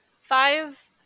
Five